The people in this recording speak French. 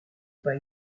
pas